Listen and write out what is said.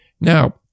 Now